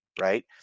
right